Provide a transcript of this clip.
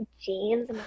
jeans